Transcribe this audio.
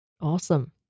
awesome